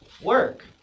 work